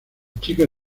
chica